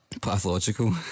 pathological